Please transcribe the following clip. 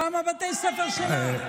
גם בבתי ספר שלך.